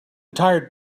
tired